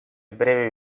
breve